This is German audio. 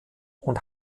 und